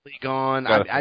gone